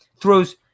throws